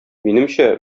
минемчә